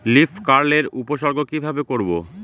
Leaf curl এর উপসর্গ কিভাবে করব?